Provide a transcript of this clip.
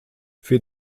für